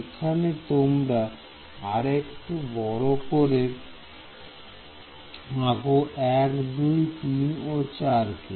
এখানে তোমরা আরেকটু বড় করে আঁকবো 1 2 3 ও 4